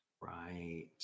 Right